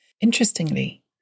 Interestingly